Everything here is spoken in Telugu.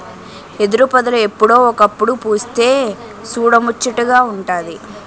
ఎదురుపొదలు ఎప్పుడో ఒకప్పుడు పుస్తె సూడముచ్చటగా వుంటాది